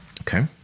okay